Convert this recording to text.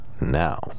now